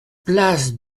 place